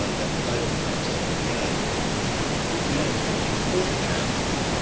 ah that title comes up again at the end of your fourth chapter,